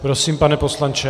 Prosím, pane poslanče.